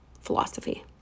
philosophy